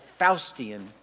Faustian